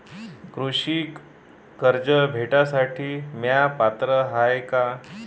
कृषी कर्ज भेटासाठी म्या पात्र हाय का?